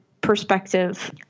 perspective